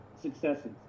successes